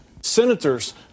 Senators